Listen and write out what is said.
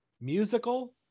Musical